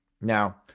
Now